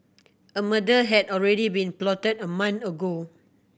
a murder had already been plotted a month ago